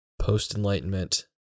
post-enlightenment